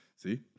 See